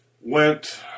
went